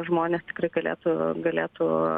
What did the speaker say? žmonės tikrai galėtų galėtų